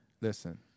Listen